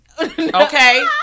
Okay